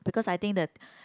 because I think the